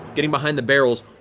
getting behind the barrels.